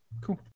Cool